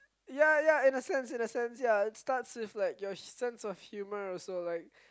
ya ya in a sense in a sense ya it starts with like your sense of humor it's like